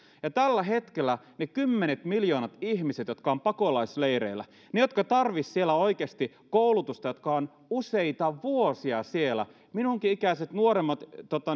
tällä hetkellä ne kymmenet miljoonat ihmiset jotka ovat pakolaisleireillä ne jotka tarvitsisivat siellä oikeasti koulutusta jotka ovat useita vuosia siellä minunkin ikäiseni ja nuoremmat